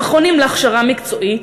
המכונים להכשרה מקצועית,